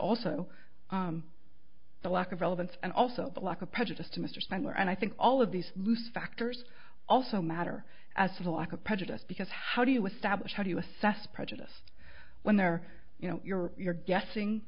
also the lack of relevance and also the lack of prejudice to mr spangler and i think all of these loose factors also matter as a lack of prejudice because how do you establish how do you assess prejudice when they're you know you're you're guessing